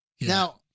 Now